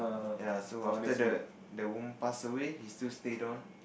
ya so after the the woman pass away he still stayed on